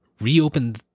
reopen